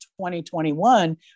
2021